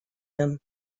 them